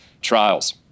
trials